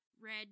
red